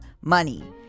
money